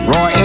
Roy